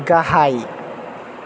गाहाय